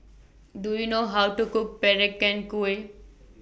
Do YOU know How to Cook Peranakan Kueh